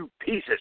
pieces